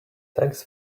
thanks